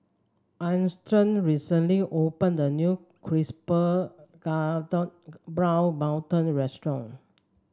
Armstead recently opened a new crisper golden brown mantou restaurant